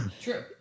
True